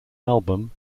album